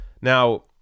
Now